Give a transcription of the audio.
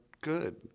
good